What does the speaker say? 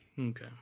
Okay